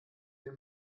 wir